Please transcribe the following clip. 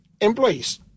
employees